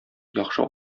яхшы